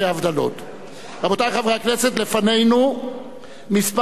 רבותי חברי הכנסת, לפנינו כמה הצעות אי-אמון,